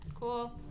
Cool